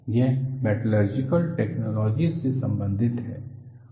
यह metallurgical technologies से संबंधित है